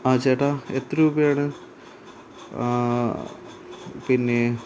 ആ ചേട്ടാ എത്ര രൂപയാണ് പിന്നെയ്